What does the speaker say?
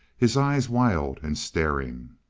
his eyes wild and staring.